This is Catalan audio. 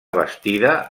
bastida